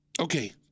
Okay